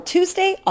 Tuesday